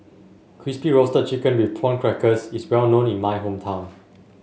Crispy Roasted Chicken with Prawn Crackers is well known in my hometown